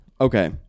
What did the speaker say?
okay